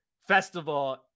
festival